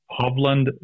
Hovland